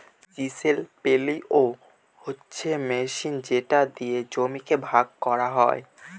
chisel plough হচ্ছে machine যেটা দিয়ে জমিকে ভাগ করা হয়